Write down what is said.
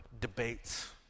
debates